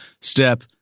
step